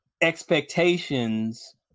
expectations